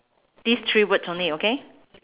these three words only okay